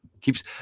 keeps